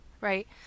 right